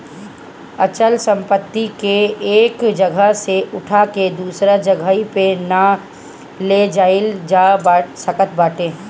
अचल संपत्ति के एक जगह से उठा के दूसरा जगही पे ना ले जाईल जा सकत बाटे